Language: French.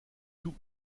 tout